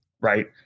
right